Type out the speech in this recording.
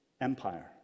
empire